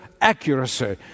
accuracy